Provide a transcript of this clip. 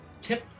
tip